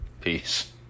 Peace